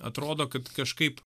atrodo kaip kažkaip